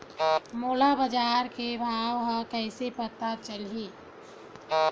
मोला बजार के भाव ह कइसे पता चलही?